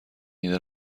ایده